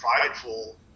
prideful